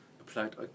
applied